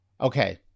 Okay